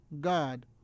God